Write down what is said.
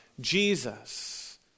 Jesus